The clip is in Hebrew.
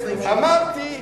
אמרתי: